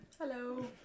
hello